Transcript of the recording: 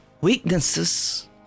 weaknesses